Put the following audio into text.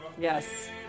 Yes